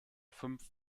fünf